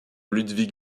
ludwig